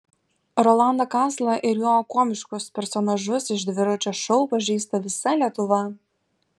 rolandą kazlą ir jo komiškus personažus iš dviračio šou pažįsta visa lietuva